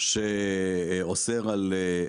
שאוסר על,